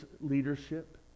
leadership